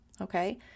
okay